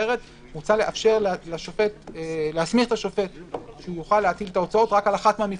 מוצע להסמיך את השופט שיוכל להטיל את ההוצאות רק על אחת מהמפלגות.